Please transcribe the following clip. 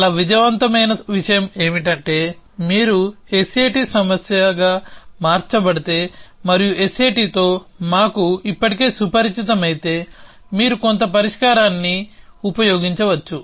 చాలా విజయవంతమైన విషయం ఏమిటంటే మీరు SAT సమస్యగా మార్చబడితే మరియు SAT తో మాకు ఇప్పటికే సుపరిచితమైతే మీరు కొంత పరిష్కారాన్ని ఉపయోగించవచ్చు